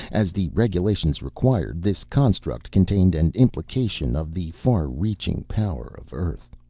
as the regulations required, this construct contained an implication of the far-reaching power of earth.